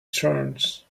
turns